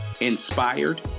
inspired